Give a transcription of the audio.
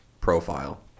profile